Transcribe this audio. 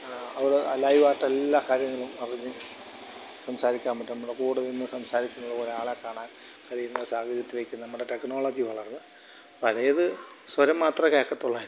അവിടെ ലൈവ് ആയിട്ട് എല്ലാ കാര്യങ്ങളും അറിഞ്ഞ് സംസാരിക്കാൻ പറ്റും നമ്മുടെ കൂടെ നിന്ന് സംസാരിക്കുന്നതുപോലെ ആളെ കാണാൻ കഴിയുന്ന സാഹചര്യത്തിലേക്ക് നമ്മുടെ ടെക്നോളജി വളർന്ന് പഴയത് സ്വരം മാത്രമേ കേൾക്കുള്ളായിരുന്നു